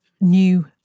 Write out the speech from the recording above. new